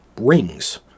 rings